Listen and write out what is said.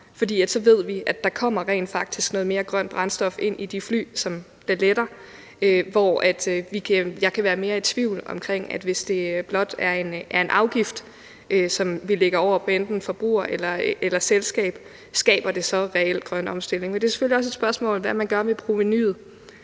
for så ved vi, at der rent faktisk kommer noget mere grøn brændstof ind i de fly, der letter. Jeg kan være mere i tvivl om, at det, hvis det blot er en afgift, som vi lægger over på enten forbruger eller selskab, vil skabe reel grøn omstilling. Men det er selvfølgelig også et spørgsmål om, hvad vi gør ved provenuet,